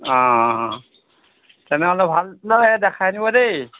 অ' তেনেহ'লে ভালকৈ দেখাই আনিব দেই